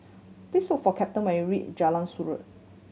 please look for Captain when you reach Jalan Surau